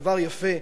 דבר יפה,